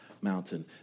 mountain